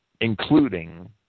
including